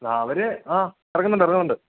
അവര് ആ ഇറങ്ങുന്നുണ്ട് ഇറങ്ങുന്നുണ്ട്